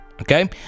Okay